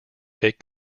take